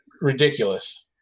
ridiculous